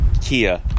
Kia